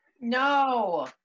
No